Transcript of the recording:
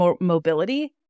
mobility